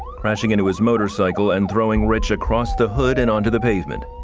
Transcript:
crashing into his motorcycle, and throwing rich across the hood and onto the pavement.